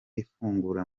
ifungura